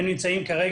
כרגע,